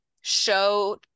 show